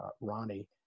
Ronnie